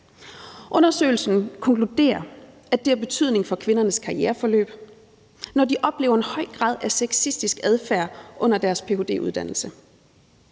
Undersøgelsen konkluderer, at det har betydning for kvindernes karriereforløb, når de oplever en høj grad af sexistisk adfærd under deres ph.d.-uddannelse.